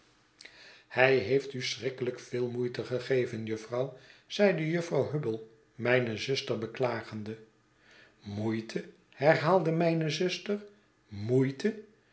hij heeft u schrikkelijk veel moeito gegeven jufvrouw zeide jufvrouw hubble mijne zuster beklagende moeite herhaalde mijne zuster moeite